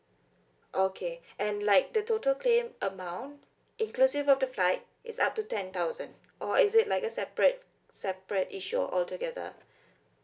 okay and like the total claim amount inclusive of the flight it's up to ten thousand or is it like a separate separate issue altogether